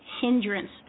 hindrance